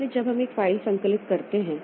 इसलिए जब हम एक फ़ाइल संकलित करते हैं